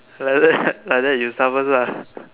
like that like that you start first lah